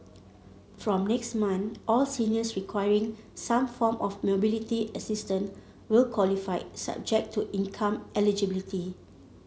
from next month all seniors requiring some form of mobility assistance will qualify subject to income eligibility